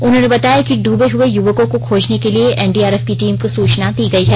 उन्होंने बताया कि डूबे हुए युवकों को खोजने के लिए एनडीआरएफ की टीम को सूचना दी गई है